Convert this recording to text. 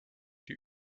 die